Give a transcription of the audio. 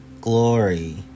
glory